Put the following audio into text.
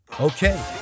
Okay